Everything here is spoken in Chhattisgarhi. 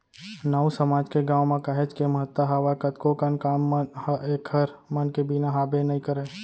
नाऊ समाज के गाँव म काहेच के महत्ता हावय कतको कन काम मन ह ऐखर मन के बिना हाबे नइ करय